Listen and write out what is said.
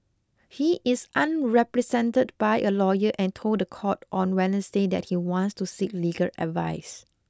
he is unrepresented by a lawyer and told the court on Wednesday that he wants to seek legal advice